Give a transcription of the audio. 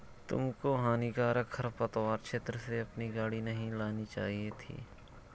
तुमको हानिकारक खरपतवार क्षेत्र से अपनी गाड़ी नहीं लानी चाहिए थी